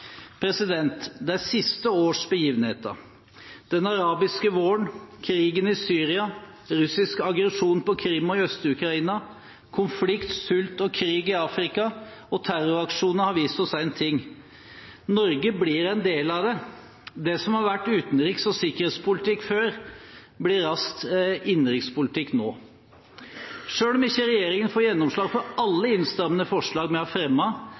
siste års begivenheter, den arabiske våren, krigen i Syria, russisk aggresjon på Krim og i Øst-Ukraina, konflikt, sult og krig i Afrika og terroraksjoner, har vist oss én ting: Norge blir en del av det. Det som har vært utenriks- og sikkerhetspolitikk før, blir raskt innenrikspolitikk nå. Selv om ikke regjeringen får gjennomslag for alle innstrammende forslag